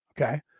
Okay